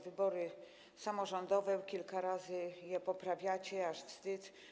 Wybory samorządowe - kilka razy je poprawiacie, aż wstyd.